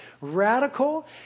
radical